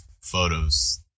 photos